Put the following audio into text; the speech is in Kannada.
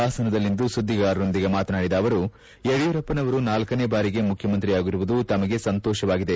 ಪಾಸನದಲ್ಲಿಂದು ಸುಧ್ಗಿಗಾರರೊಂದಿಗೆ ಮಾತನಾಡಿದ ಅವರು ಯಡಿಯೂರಪ್ಪನವರು ನಾಲ್ಲನೇ ಬಾರಿಗೆ ಮುಖ್ಯಮಂತ್ರಿಯಾಗಿರುವುದು ತಮ್ಗಗೆ ಸಂತೋಷವಾಗಿದೆ